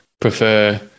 prefer